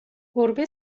گربه